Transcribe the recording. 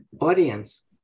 audience